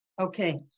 Okay